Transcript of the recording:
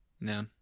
no